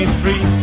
free